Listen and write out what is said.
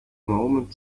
moment